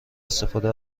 استفاده